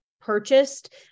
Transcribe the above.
purchased